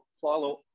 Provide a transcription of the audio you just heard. follow